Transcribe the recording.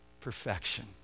perfection